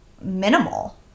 minimal